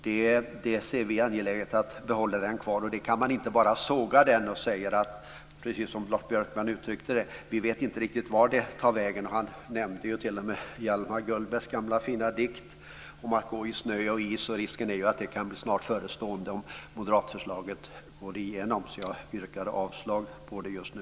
Vi ser det som angeläget att behålla den. Man kan inte bara såga den. Precis som Lars Björkman uttryckte det vet vi inte riktigt var det slutar. Han nämnde ju t.o.m. Hjalmar Gullbergs gamla fina dikt om att gå i snö och is. Risken är att det kan bli snart förestående om moderatförslaget går igenom, så jag yrkar avslag på det just nu.